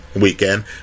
weekend